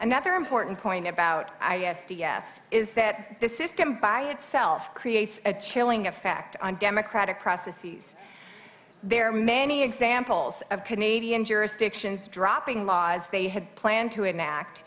another important point about i s t s is that this system by itself creates a chilling effect on democratic process there are many examples of canadian jurisdictions dropping laws they had planned to enact